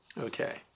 Okay